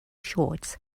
shorts